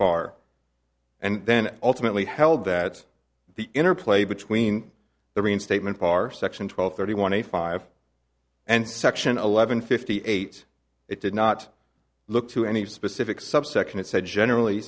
bar and then ultimately held that the interplay between the reinstatement par section twelve thirty one and five and section eleven fifty eight it did not look to any specific subsection it said generally